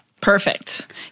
perfect